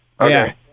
Okay